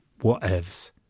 whatevs